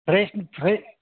fresh fresh